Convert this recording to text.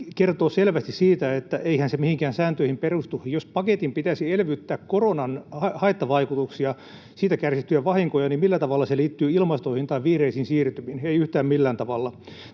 kertoo selvästi siitä, että eihän se mihinkään sääntöihin perustu. Jos paketin pitäisi elvyttää koronan haittavaikutuksia, siitä kärsittyjä vahinkoja, niin millä tavalla se liittyy ilmastoon tai vihreisiin siirtymiin? Ei yhtään millään tavalla.